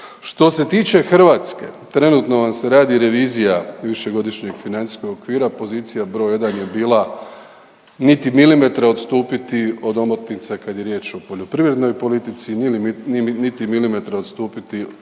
Što se tiče Hrvatske trenutno vam se radi revizija višegodišnjeg financijskog okvira. Pozicija broj jedan je bila niti milimetra odstupiti od omotnice kad je riječ o poljoprivrednoj politici, niti milimetra odstupiti od omotnice